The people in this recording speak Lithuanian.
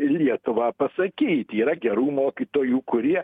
lietuvą pasakyt yra gerų mokytojų kurie